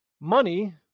Money